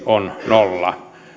on nolla